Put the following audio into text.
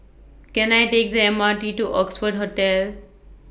Can I Take The M R T to Oxford Hotel